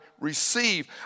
receive